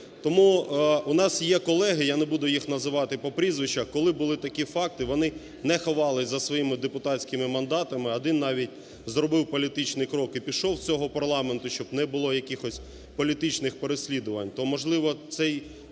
Тому у нас є колеги - я не буду їх називати по прізвищах, - коли були такі факти вони не ховались за своїми депутатськими мандатами, а один навіть зробив політичний крок і пішов з цього парламенту, щоб не було якихось політичних переслідувань.